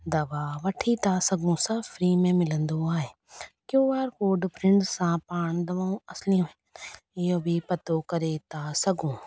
दवा वठी था सघूं सभु फ्री में मिलंदो आहे क्यू आर कॉड प्रिंट सां पाण दवाऊं अस्ली आहिनि इहो बि पतो करे था सघूं